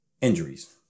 injuries